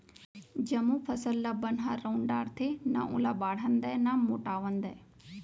जमो फसल ल बन ह रउंद डारथे, न ओला बाढ़न दय न मोटावन दय